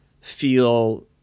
feel